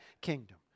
kingdom